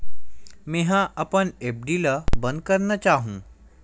मेंहा अपन एफ.डी ला बंद करना चाहहु